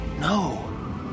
No